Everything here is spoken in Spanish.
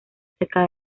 cerca